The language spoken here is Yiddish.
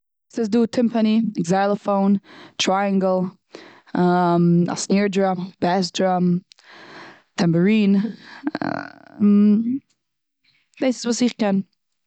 ס'איז דא טימפאני, עקזיילאפאון, טרייענגל, א סניר דראם, בעס דראם, א טומבארין. דאס איז וואס איך קען.